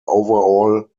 overall